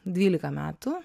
dvylika metų